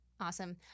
Awesome